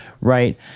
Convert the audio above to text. right